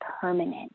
permanent